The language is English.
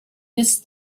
missed